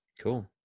Cool